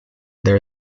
there